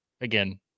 Again